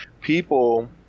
people